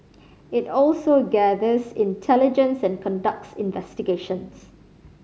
it also gathers intelligence and conducts investigations